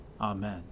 Amen